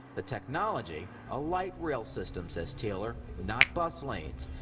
the technology, a light rail system, says taylor. not bus lanes.